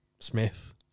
Smith